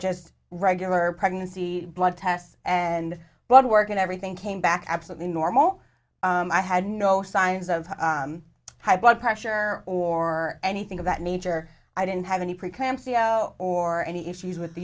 just regular pregnancy blood tests and blood work and everything came back absolutely normal i had no signs of high blood pressure or anything of that nature i didn't have any program c o or any issues with the